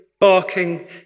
barking